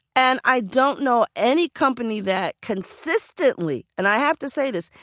and i don't know any company that consistently, and i have to say this,